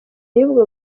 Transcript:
y’ubwo